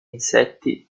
insetti